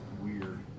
weird